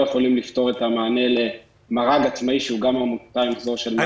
יכולים לתת מענה למר"ג עצמאי שהוא גם עמותה -- אני